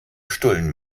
stullen